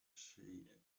she